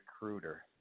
recruiter